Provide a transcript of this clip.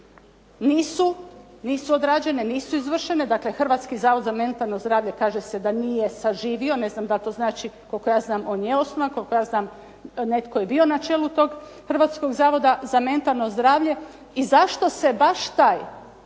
nisu odrađene, nisu izvršene? Dakle Hrvatski zavod za mentalno zdravlje kaže se da nije saživio. Ne znam da li to znači, koliko ja znam on je osnova, koliko ja znam netko je bio na čelu tog Hrvatskog zavoda za mentalno zdravlje i zašto se baš taj